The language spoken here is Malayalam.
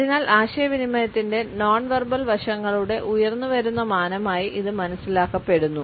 അതിനാൽ ആശയവിനിമയത്തിന്റെ നോൺ വെർബൽ വശങ്ങളുടെ ഉയർന്നുവരുന്ന മാനമായി ഇത് മനസ്സിലാക്കപ്പെടുന്നു